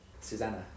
Susanna